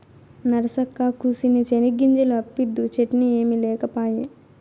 నరసక్కా, కూసిన్ని చెనిగ్గింజలు అప్పిద్దూ, చట్నీ ఏమి లేకపాయే